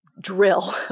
drill